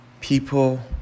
people